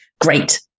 Great